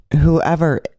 Whoever